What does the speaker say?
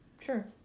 Sure